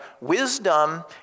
wisdom